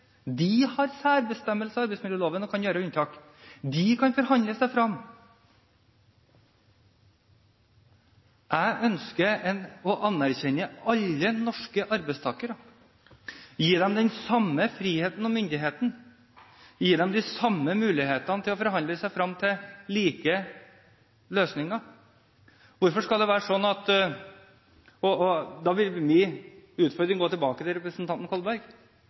De har særbestemmelser i arbeidsmiljøloven og kan gjøre unntak. De kan forhandle seg frem. Jeg ønsker å anerkjenne alle norske arbeidstakere, gi dem den samme friheten og myndigheten, og gi dem de samme mulighetene til å forhandle seg frem til like løsninger. Min utfordring går tilbake til representanten Kolberg: Vil han anerkjenne hele det norske arbeidslivet? Anerkjenner han alle norske arbeidstakere? Anerkjenner han retten til